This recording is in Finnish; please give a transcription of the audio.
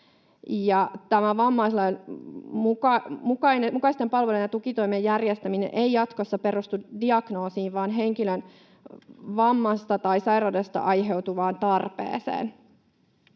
Tämän vammaislain mukaisten palvelujen ja tukitoimien järjestäminen ei jatkossa perustu diagnoosiin vaan henkilön vammasta tai sairaudesta aiheutuvaan tarpeeseen.